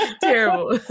Terrible